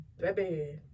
Baby